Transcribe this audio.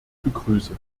begrüße